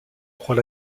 croix